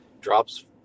drops